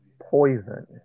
poison